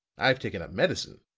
i've taken up medicine.